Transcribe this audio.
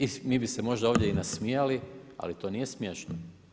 I mi bi se možda ovdje i nasmijali, ali to nije smiješno.